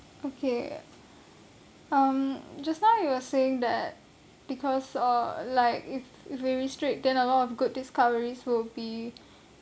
okay um just now you were saying that ya because uh like if if we restrict then a lot of good discoveries will be